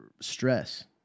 stress